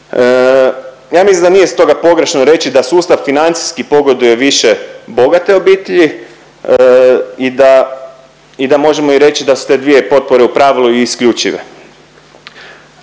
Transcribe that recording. Ja mislim da nije stoga pogrešno reći da sustav financijski pogoduje više bogatoj obitelji i da, i da možemo i reći da su te dvije potpore u pravilu i isključive.